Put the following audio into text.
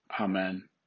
Amen